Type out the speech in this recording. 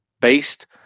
based